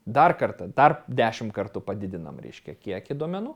dar kartą dar dešim kartų padidinam reiškia kiekį duomenų